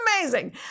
amazing